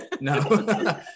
no